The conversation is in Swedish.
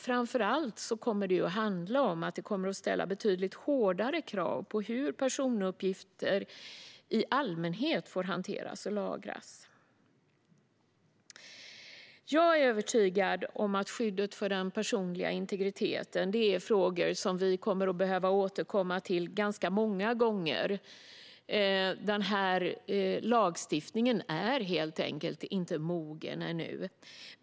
Framför allt kommer det att ställas betydligt hårdare krav på hur personuppgifter i allmänhet får hanteras och lagras. Jag är övertygad om att skyddet för den personliga integriteten är en fråga som vi kommer att behöva återkomma till ganska många gånger. Denna lagstiftning är helt enkelt inte mogen ännu.